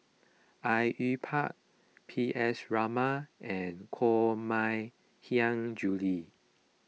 Au Yue Pak P S Raman and Koh Mui Hiang Julie